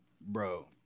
bro